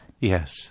Yes